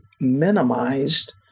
minimized